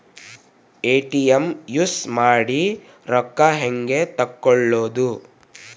ATM use ಮಾಡಿ ರೊಕ್ಕ ಹೆಂಗೆ ತಕ್ಕೊಳೋದು?